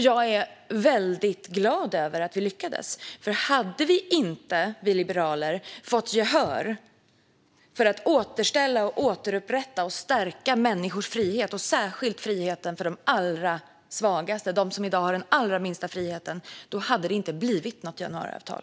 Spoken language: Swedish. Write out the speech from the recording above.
Jag är väldigt glad över att vi lyckades. Om vi liberaler inte hade fått gehör för att återställa, återupprätta och stärka människors frihet - särskilt friheten för de allra svagaste, de som i dag har den allra minsta friheten - hade det inte blivit något januariavtal.